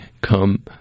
come